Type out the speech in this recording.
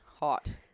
hot